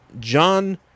John